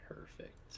Perfect